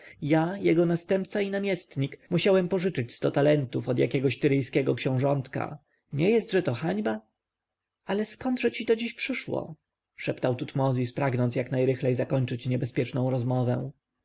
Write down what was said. ja jego następca i namiestnik musiałem pożyczyć sto talentów od jakiegoś tyryjskiego książątka nie jestże to hańba ale skądże ci to dziś przyszło szeptał tutmozis pragnąc jak najrychlej zakończyć niebezpieczną rozmowę